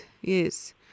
yes